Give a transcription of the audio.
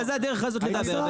מה זה הדרך הזאת לדבר?